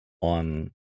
on